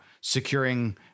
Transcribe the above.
securing